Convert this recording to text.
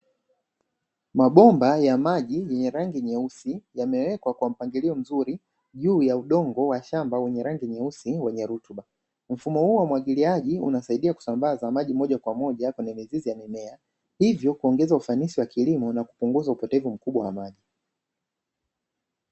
Mabomba ya maji yenye rangi nyeusi, yamewekwa kwa mpangilio mzuri juu ya udongo wa shamba wenye rangi nyeusi, mfumo huu wa umwagiliaji unasaidia kusambaza maji moja kwa moja kwenye mizizi ya mimea ivyo kuongeza ufanisi wa kilimo na kupunguza upotevu mkubwa wa maji.